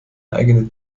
eigene